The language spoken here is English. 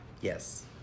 Yes